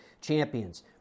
Champions